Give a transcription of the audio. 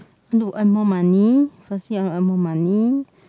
look earn more money firstly I want to earn more money